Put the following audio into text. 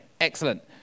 Excellent